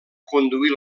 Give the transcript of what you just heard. conduir